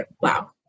Wow